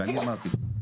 וכמו שאמרתי,